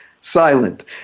silent